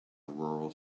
rural